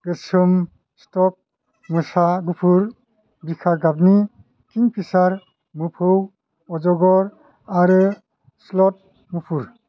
गोसोम स्टब मोसा गुफुर बिखा गाबनि किंपिसार मोफौ अजगर आरो स्लट मुफुर